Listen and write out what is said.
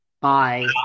Bye